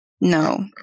No